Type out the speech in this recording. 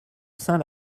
saint